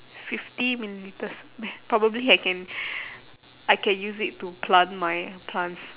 fifty millilitres probably I can I can use it to plant my plants